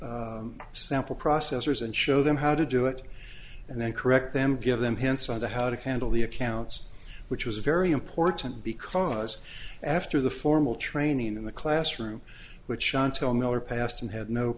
the sample processors and show them how to do it and then correct them give them hints on how to handle the accounts which was very important because after the formal training in the classroom which shontelle miller passed and had no